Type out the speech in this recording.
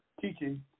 teaching